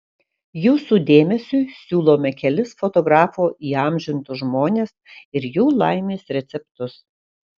jūsų dėmesiui siūlome kelis fotografo įamžintus žmones ir jų laimės receptus